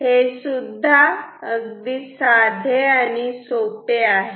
हेसुद्धा साधे आणि सोपे आहे